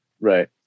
Right